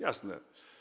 Jasne.